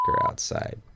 outside